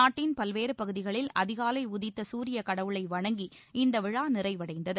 நாட்டின் பல்வேறு பகுதிகளில் அதிகாலை உதித்த சூரிய கடவுளை வணங்கி இந்த விழா நிறைவடைந்தது